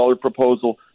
proposal